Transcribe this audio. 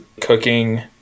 cooking